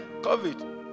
COVID